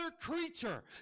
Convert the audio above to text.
creature